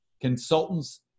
consultants